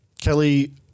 Kelly